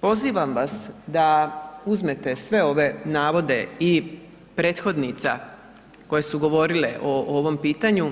Pozivam vas da uzmete sve ove navode i prethodnica koje su govorile o ovom pitanju,